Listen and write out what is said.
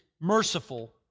merciful